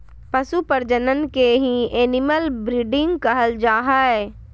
पशु प्रजनन के ही एनिमल ब्रीडिंग कहल जा हय